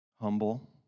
Humble